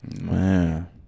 Man